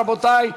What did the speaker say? רבותי,